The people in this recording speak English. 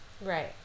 Right